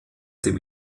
dem